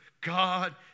God